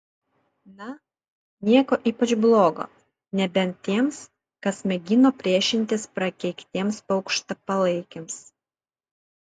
na nieko ypač blogo nebent tiems kas mėgino priešintis prakeiktiems paukštpalaikiams